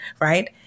right